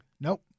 Nope